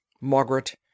Margaret